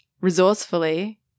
resourcefully